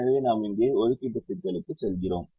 எனவே நாம் இங்கே ஒதுக்கீட்டு சிக்கலுக்கு செல்கிறோம்